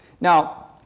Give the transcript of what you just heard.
Now